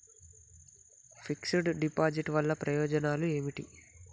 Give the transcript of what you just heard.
Fix డ్ deposit వల్ల ప్రయోజనాలు ఏమిటి?